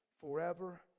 forever